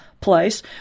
Place